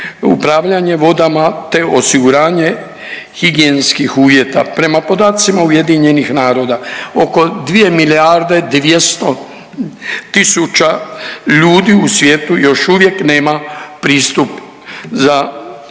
upravljanje vodama te osiguranje higijenskih uvjeta. Prema podacima UN-a oko 2 milijarde 200 tisuća ljudi u svijetu još uvijek nema pristup za vodi